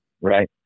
right